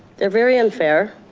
they're very unfair,